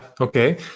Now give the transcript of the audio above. okay